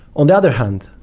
on the other hand,